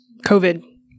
COVID